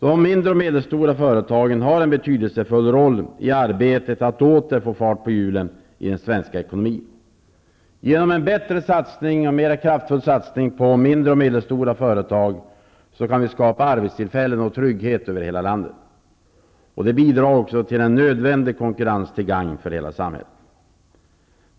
De mindre och medelstora företagen har en betydelsefull roll i arbetet att åter få fart på hjulen i den svenska ekonomin. Genom en mera kraftfull satsning på mindre och medelstora företag kan vi skapa arbetstillfällen och trygghet över hela landet. Det bidrar också till en nödvändig konkurrens, till gagn för hela samhället.